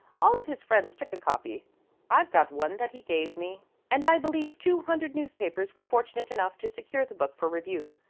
all of his friends took a copy i've got one that he gave me and i believe two hundred newspapers were fortunate enough to secure the book for review.